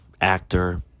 actor